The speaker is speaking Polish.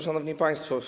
Szanowni Państwo!